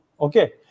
Okay